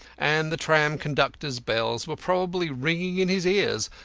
and the tram-conductors' bells were probably ringing in his ears,